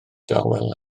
dawel